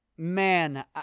Man